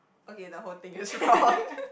okay the whole thing is wrong